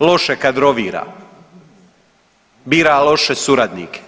loše kadrovira, bira loše suradnike.